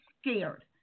scared